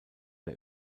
der